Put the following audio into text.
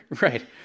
Right